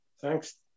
thanks